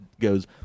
goes